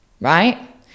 Right